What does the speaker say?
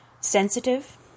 sensitive